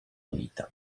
vita